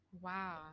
Wow